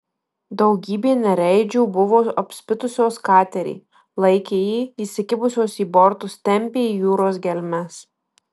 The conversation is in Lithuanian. daugybė nereidžių buvo apspitusios katerį laikė jį įsikibusios į bortus tempė į jūros gelmes